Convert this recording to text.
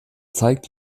zeit